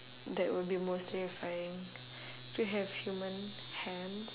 that would be most terrifying to have human hands